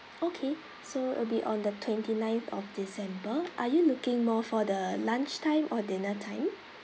okay so it'll be on the twenty ninth of december are you looking more for the lunchtime or dinner time